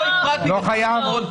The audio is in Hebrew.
לא חייב?